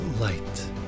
light